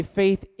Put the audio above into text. faith